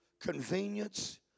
convenience